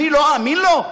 אני לא אאמין לו?